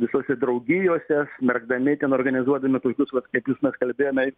visose draugijose smerkdami ten organizuodami tokius vat kaip jūs mes kalbėjome